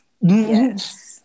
Yes